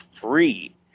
free